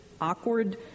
awkward